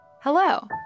Hello